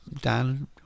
Dan